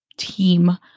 team